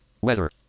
Weather